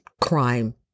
Crime